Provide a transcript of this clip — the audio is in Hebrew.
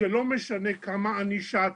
זה לא משנה כמה ענישה תהיה,